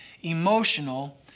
emotional